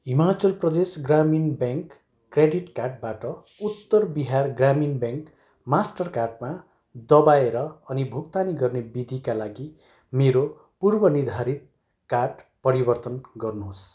Himachal Pradesh Gramin bank credit कार्डबाट Uttar Bihar Gramin bank मास्टरकार्डमा दबाएर अनि भुक्तानी गर्ने विधिका लागि मेरो पूर्वनिर्धारित कार्ड परिवर्तन गर्नुहोस्